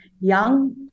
young